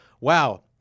wow